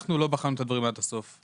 את הדברים עד הסוף,